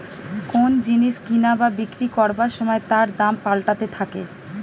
কোন জিনিস কিনা বা বিক্রি করবার সময় তার দাম পাল্টাতে থাকে